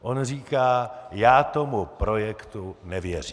On říká: já tomu projektu nevěřím.